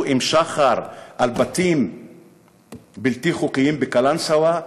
עם שחר על בתים בלתי חוקיים בקלנסואה,